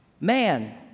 man